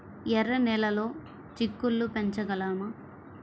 ఎర్ర నెలలో చిక్కుళ్ళు పెంచగలమా?